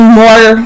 more